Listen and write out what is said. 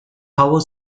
power